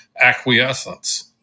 acquiescence